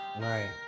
Right